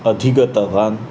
अधिगतवान्